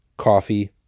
Coffee